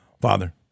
Father